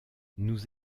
nous